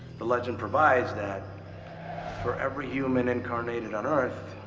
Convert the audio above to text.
the legend provides that for every human incarnated on earth,